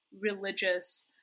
religious